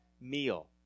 meal